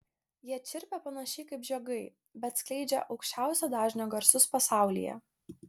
jie čirpia panašiai kaip žiogai bet skleidžia aukščiausio dažnio garsus pasaulyje